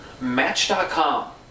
match.com